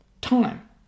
time